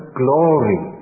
glory